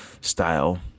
style